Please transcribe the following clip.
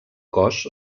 cos